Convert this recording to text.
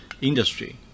industry